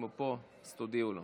אם הוא פה, אז תודיעו לו.